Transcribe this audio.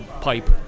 pipe